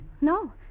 No